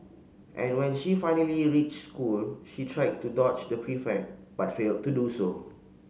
and when she finally reached school she tried to dodge the prefect but failed to do so